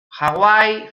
hawaii